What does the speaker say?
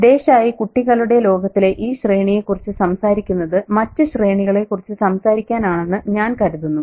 ദേശായി കുട്ടികളുടെ ലോകത്തിലെ ഈ ശ്രേണിയെക്കുറിച്ച് സംസാരിക്കുന്നത് മറ്റ് ശ്രേണികളെക്കുറിച്ച് സംസാരിക്കാൻ ആണെന്ന് ഞാൻ കരുതുന്നു